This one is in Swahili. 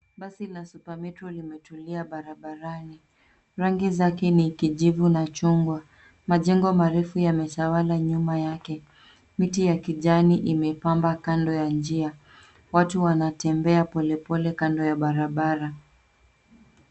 Basi la super metro limetulia barabarani rangi zake ni kijivu na chungwa, majengo marefu yametawala nyuma yake miti ya kijani imepamba kando ya njia ,watu wanatembea polepole kando ya barabara.